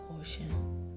ocean